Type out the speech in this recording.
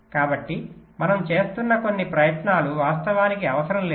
కాబట్టి మనం చేస్తున్న కొన్ని ప్రయత్నాలు వాస్తవానికి అవసరం లేదు